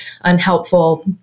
unhelpful